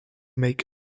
make